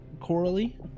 Coralie